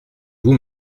vous